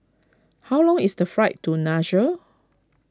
how long is the flight to Nassau